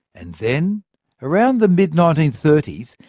and then around the mid nineteen thirty s,